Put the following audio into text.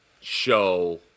show